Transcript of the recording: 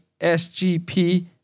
SGP